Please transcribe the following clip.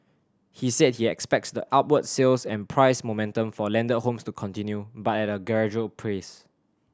he said he expects the upward sales and price momentum for landed homes to continue but at a gradual pace